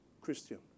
Christian